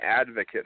advocate